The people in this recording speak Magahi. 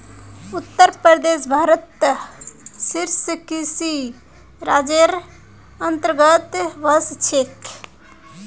उत्तर प्रदेश भारतत शीर्ष कृषि राज्जेर अंतर्गतत वश छेक